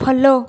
follow